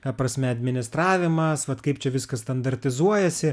ta prasme administravimas vat kaip čia viskas standartizuojasi